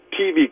TV